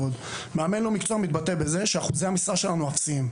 מאמן לא מקצוע מתבטא בזה שאחוזי המשרה שלנו אפסיים.